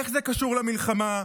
איך זה קשור למלחמה?